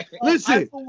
Listen